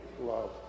love